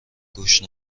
گوش